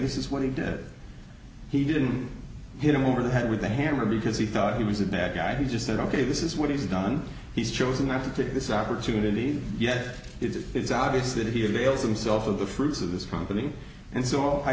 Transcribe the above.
this is what he did he didn't hit him over the head with a hammer because he thought he was a bad guy he just said ok this is what he's done he's chosen not to take this opportunity yet it is obvious that he avails themselves of the fruits of this company and so i